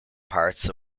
parts